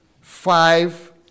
five